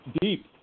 deep